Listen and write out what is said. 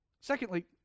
Secondly